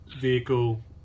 vehicle